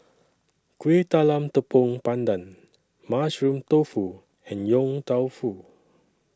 Kueh Talam Tepong Pandan Mushroom Tofu and Yong Tau Foo